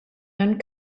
mewn